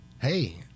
Hey